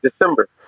December